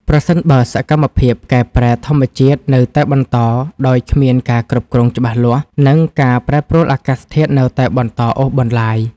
ប្រសិនបើសកម្មភាពកែប្រែធម្មជាតិនៅតែបន្តដោយគ្មានការគ្រប់គ្រងច្បាស់លាស់ និងការប្រែប្រួលអាកាសធាតុនៅតែបន្តអូសបន្លាយ។